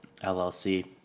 LLC